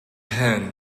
hen